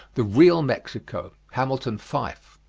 the real mexico, hamilton fyfe.